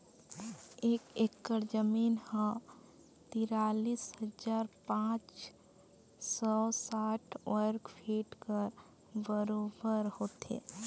एक एकड़ जमीन ह तिरालीस हजार पाँच सव साठ वर्ग फीट कर बरोबर होथे